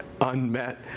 unmet